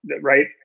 Right